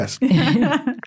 Yes